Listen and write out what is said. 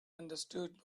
understood